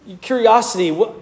curiosity